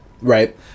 Right